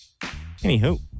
Anywho